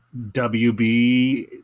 WB